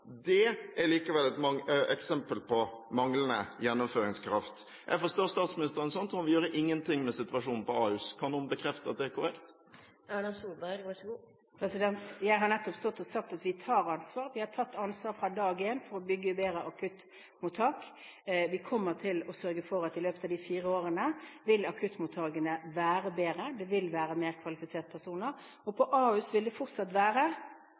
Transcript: er likevel et eksempel på manglende gjennomføringskraft. Jeg forstår statsministeren sånn at hun ikke vil gjøre noen ting med situasjonen på Ahus. Kan hun bekrefte at det er korrekt? Jeg har nettopp stått og sagt at vi tar ansvar, vi har tatt ansvar fra dag én for å bygge bedre akuttmottak. Vi kommer til å sørge for at i løpet av de fire årene vil akuttmottakene være bedre, det vil være flere kvalifiserte personer. På Ahus vil det fortsatt være